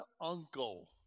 uncle